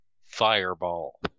fireball